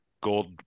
gold